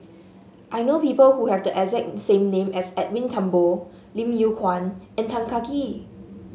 I know people who have the name as Edwin Thumboo Lim Yew Kuan and Tan Kah Kee